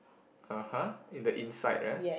(uh huh) in the inside ah